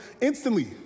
instantly